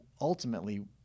Ultimately